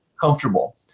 comfortable